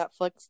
netflix